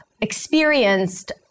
experienced